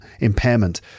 impairment